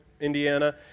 Indiana